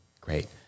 Great